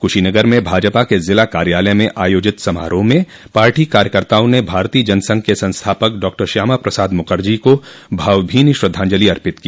कुशीनगर में भाजपा के जिला कार्यालय में आयोजित समारोह में पार्टी कार्यकर्ताओं ने भारतीय जनसंघ के संस्थापक डॉक्टर श्यामा प्रसाद मुखर्जी को भावभीनी श्रद्धांजलि अर्पित की